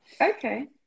okay